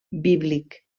bíblic